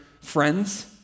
friends